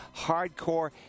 hardcore